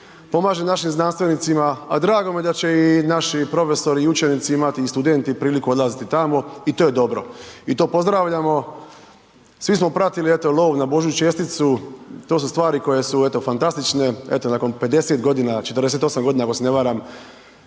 Pomaže našim znanstvenicima, a drago mi je da će i naši profesori i učenici imati i studenti priliku odlaziti tamo. I to je dobro. I to pozdravljamo. Svi pratili eto lov na božju česticu, to su stvari koje su eto fantastične, eto nakon 50 godina, 48 godina ako ne se varam